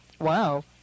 Wow